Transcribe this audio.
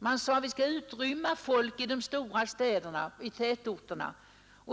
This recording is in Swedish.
Huvudsaken blev att utrymma de stora städerna.